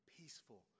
peaceful